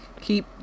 keep